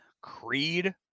Creed